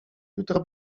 jutro